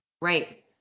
Right